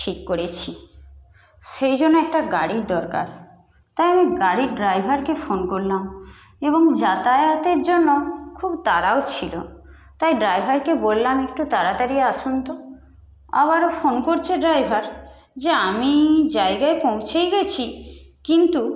ঠিক করেছি সেইজন্য একটা গাড়ির দরকার তাই আমি গাড়ির ড্রাইভারকে ফোন করলাম এবং যাতায়াতের জন্য খুব তাড়াও ছিলো তাই ড্রাইভারকে বললাম একটু তাড়াতাড়ি আসুন তো আবারও ফোন করছে ড্রাইভার যে আমি জায়গায় পৌঁছেই গেছি কিন্তু